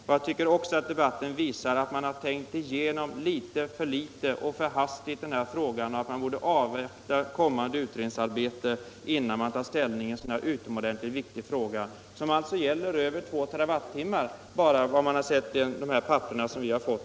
Men jag tycker också att debatten visar att man har tänkt igenom denna fråga för litet och för hastigt och att man borde avvakta kommande utredningsarbete innan man tar ställning i en så här utomordentligt viktig fråga — som alltså gäller över 2 TWh, att döma av de uppgifter vi fått.